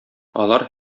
алар